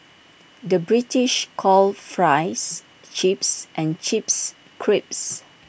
the British calls Fries Chips and chips crips